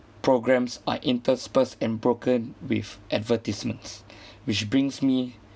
programmes are interspersed and broken with advertisements which brings me